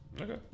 Okay